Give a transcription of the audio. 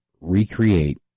recreate